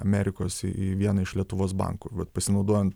amerikos į vieną iš lietuvos bankų pasinaudojant